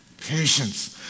patience